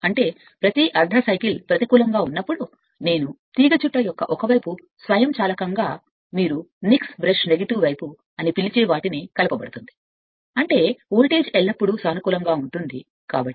అంటే ప్రతి అర్ధ సైకిల్ ప్రతికూలంగా ఉన్నప్పుడు నేను తీగచుట్ట యొక్క ఒక వైపు స్వయంచాలకంగా మీరు నిక్స్ బ్రష్ నెగటివ్ వైపు అని పిలిచే వాటికి కలప బడుతుంది అంటే మీరు వోల్టేజ్ అని పిలిచేది ఎల్లప్పుడూ సానుకూలంగా ఉంటుంది కాబట్టి DC